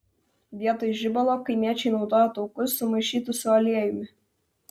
vietoj žibalo kaimiečiai naudojo taukus sumaišytus su aliejumi